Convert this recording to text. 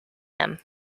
him